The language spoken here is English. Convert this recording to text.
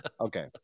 okay